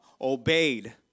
obeyed